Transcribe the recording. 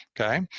Okay